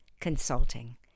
consulting